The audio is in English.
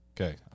Okay